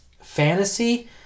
fantasy